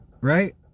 right